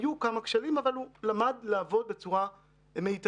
היו כמה כשלים אבל הוא למד לעבוד בצורה מיטבית.